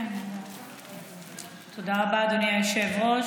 תודה רבה, אדוני היושב-ראש.